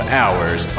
hours